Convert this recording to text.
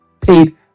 paid